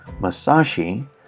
Masashi